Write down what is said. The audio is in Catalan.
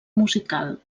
musical